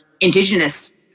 Indigenous